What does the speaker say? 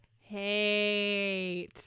hate